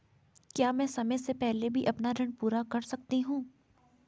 क्या मैं समय से पहले भी अपना ऋण पूरा कर सकता हूँ?